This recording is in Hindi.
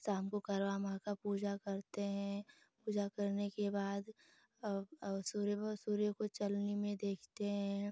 शाम को करवा माँ की पूजा करते हैं पूजा करने के बाद सूर्य सूर्य को चलनी में देखते हैं